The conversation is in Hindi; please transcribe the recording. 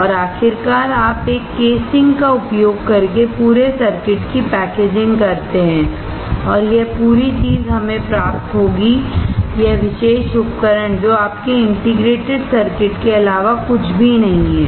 और आखिरकार आप एक केसिंग का उपयोग करके पूरे सर्किट की पैकेजिंग करते हैं और यह पूरी चीज हमें प्राप्त होगी यह विशेष उपकरण जो आपके इंटीग्रेटेड सर्किट के अलावा कुछ भी नहीं है